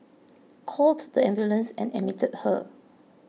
called the ambulance and admitted her